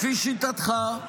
לפי שיטתך,